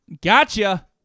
Gotcha